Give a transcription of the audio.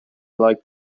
liked